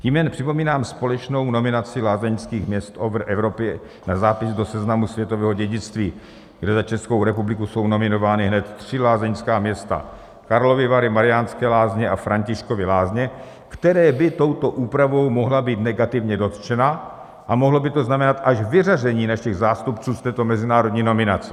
Tím jen připomínám společnou nominaci lázeňských měst v Evropě na zápis do Seznamu světového dědictví, kde za Českou republiku jsou nominována hned tři lázeňská města: Karlovy Vary, Mariánské Lázně a Františkovy Lázně, která by touto úpravou mohla být negativně dotčena, a mohlo by to znamenat až vyřazení našich zástupců z této mezinárodní nominace.